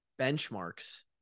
benchmarks